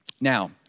Now